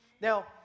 Now